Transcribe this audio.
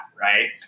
right